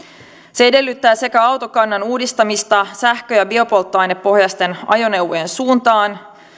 se edellyttää sekä autokannan uudistamista sähkö ja biopolttoainepohjaisten ajoneuvojen suuntaan